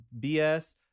BS